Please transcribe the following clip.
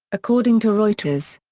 according to reuters.